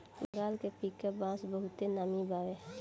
बंगाल के पीका बांस बहुते नामी बावे